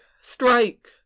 strike